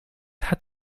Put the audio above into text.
hat